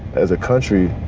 as a country,